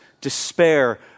despair